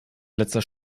letzter